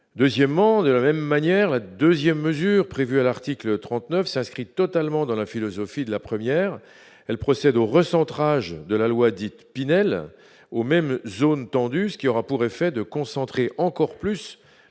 deuxièmement, de la même manière, la 2ème, mesure prévue à l'article 39 s'inscrit totalement dans la philosophie de la première, elle procède au recentrage de la loi dite Pinel au même zone tendue, ce qui aura pour effet de concentrer encore plus